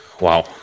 Wow